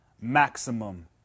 maximum